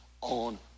on